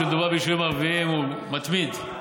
כשמדובר ביישובים ערביים, הוא מתמיד.